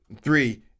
Three